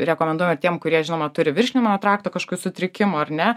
rekomenduojama tiem kurie žinoma turi virškinamojo trakto kažkokių sutrikimų ar ne